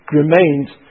remains